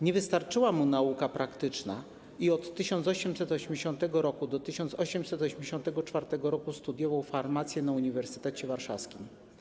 Nie wystarczyła mu nauka praktyczna i od 1880 r. do 1884 r. studiował farmację na Uniwersytecie Warszawskim.